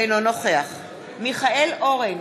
אינו נוכח מיכאל אורן,